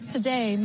Today